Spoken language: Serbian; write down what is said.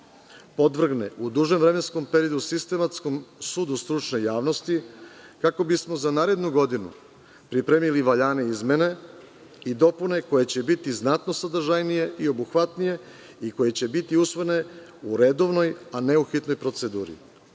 podvrgne u dužem vremenskom periodu sistematskom sudu stručne javnosti, kako bismo za narednu godinu pripremili valjane izmene i dopune koje će biti znatno sadržajnije i obuhvatnije i koje će biti usvojene u redovnoj a ne u hitnoj proceduri.